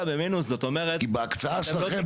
במינוס -- כי בהקצאה שלכם,